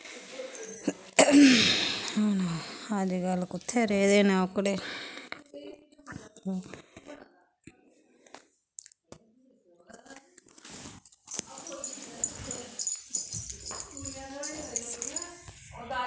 अजकल्ल कुत्थें रेह् दे न ओह्कड़े